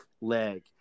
leg